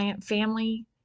family